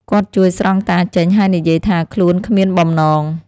គាត់ជួយស្រង់តាចេញ ហើយនិយាយថាខ្លួនគ្មានបំណង។